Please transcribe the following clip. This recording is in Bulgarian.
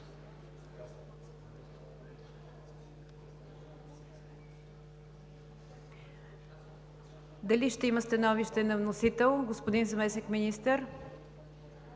залата. Ще има ли становище на вносител, господин Заместник-министър?